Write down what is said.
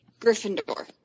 Gryffindor